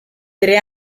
tre